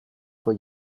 vor